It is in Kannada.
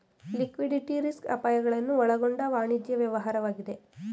ಲಿಕ್ವಿಡಿಟಿ ರಿಸ್ಕ್ ಅಪಾಯಗಳನ್ನು ಒಳಗೊಂಡ ವಾಣಿಜ್ಯ ವ್ಯವಹಾರವಾಗಿದೆ